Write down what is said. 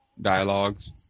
Dialogues